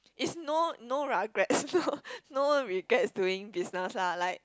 it's no no ragrets no no regrets doing business lah like